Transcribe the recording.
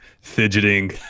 fidgeting